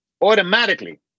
automatically